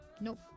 nope